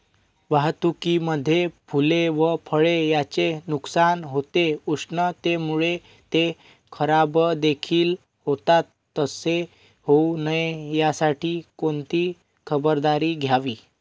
वाहतुकीमध्ये फूले व फळे यांचे नुकसान होते, उष्णतेमुळे ते खराबदेखील होतात तसे होऊ नये यासाठी कोणती खबरदारी घ्यावी?